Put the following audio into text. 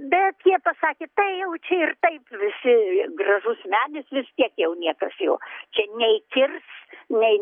bet jie pasakė tai jau čia ir taip visi gražus medis vis tiek jau niekas jo čia nei kirs nei